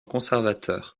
conservateur